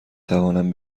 توانم